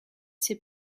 ses